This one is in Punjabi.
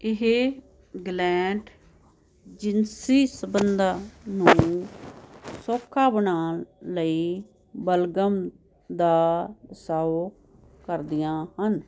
ਇਹ ਗਲੈਂਡ ਜਿਨਸੀ ਸੰਬੰਧਾਂ ਨੂੰ ਸੌਖਾ ਬਣਾਉਣ ਲਈ ਬਲਗਮ ਦਾ ਰਿਸਾਓ ਕਰਦੀਆਂ ਹਨ